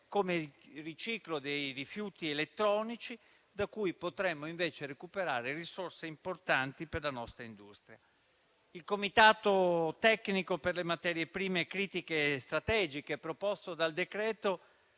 come il riciclo dei rifiuti elettronici da cui potremmo invece recuperare risorse importanti per la nostra industria. Il comitato tecnico per le materie prime critiche e strategiche proposto dal decreto